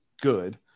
good